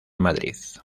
madrid